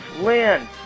Lynn